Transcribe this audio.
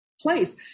place